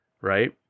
Right